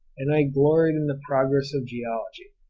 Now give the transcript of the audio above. and i gloried in the progress of geology.